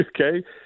Okay